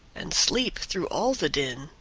and sleep through all the din,